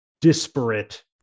disparate